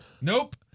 Nope